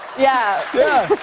yeah. yeah.